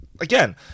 again